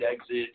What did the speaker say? exit